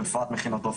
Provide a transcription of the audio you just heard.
בפרט מכינות אופק.